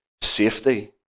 safety